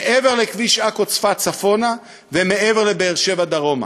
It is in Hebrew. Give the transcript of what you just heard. מעבר לכביש עכו צפת צפונה ומעבר לבאר-שבע דרומה.